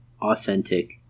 authentic